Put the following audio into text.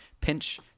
pinch